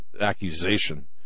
accusation